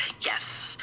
yes